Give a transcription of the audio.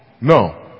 No